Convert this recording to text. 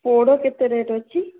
ପୋଡ଼ କେତେ ରେଟ୍ ଅଛି